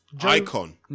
Icon